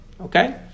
Okay